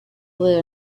live